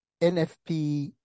NFP